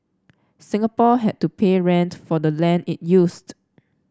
Singapore had to pay rent for the land it used